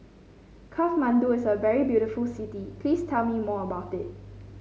Kathmandu is a very beautiful city please tell me more about it